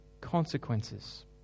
consequences